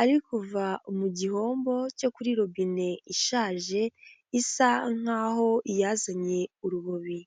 ariko kuva mu gihombo cyo kuri robine ishaje isa nk'aho yazanye urubobi.